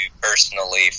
personally